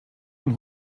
oan